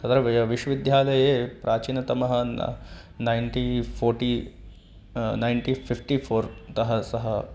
तत्र वि विश्वविद्यालये प्राचीनतमः न nineteen forty nineteen fifty four तः सः